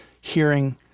hearing